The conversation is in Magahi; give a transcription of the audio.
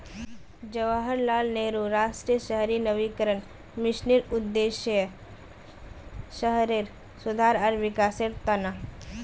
जवाहरलाल नेहरू राष्ट्रीय शहरी नवीकरण मिशनेर उद्देश्य शहरेर सुधार आर विकासेर त न